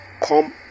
come